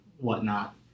whatnot